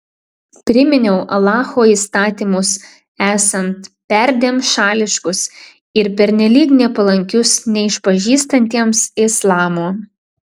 priminiau alacho įstatymus esant perdėm šališkus ir pernelyg nepalankius neišpažįstantiems islamo